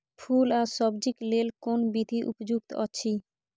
फूल आ सब्जीक लेल कोन विधी उपयुक्त अछि?